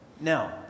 Now